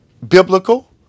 biblical